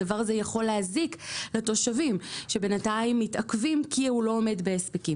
הדבר הזה יכול להזיק לתושבים שבינתיים מתעכבים כי הוא לא עומד בהספק.